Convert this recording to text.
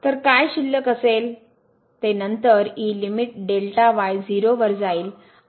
तर काय शिल्लक असेल ते नंतर e लिमिट 0वर जाईलआणि वर जाईल